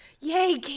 Yay